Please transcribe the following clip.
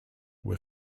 were